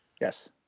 Yes